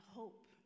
hope